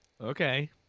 Okay